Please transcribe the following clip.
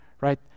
right